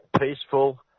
peaceful